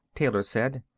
taylor said.